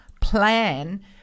plan